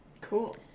Cool